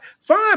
fine